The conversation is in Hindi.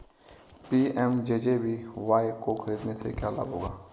पी.एम.जे.जे.बी.वाय को खरीदने से क्या लाभ होगा?